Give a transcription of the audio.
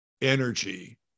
energy